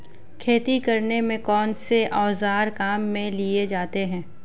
खेती करने में कौनसे औज़ार काम में लिए जाते हैं?